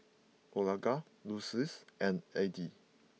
Olga Lucille and Eddie